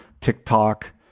TikTok